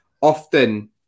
often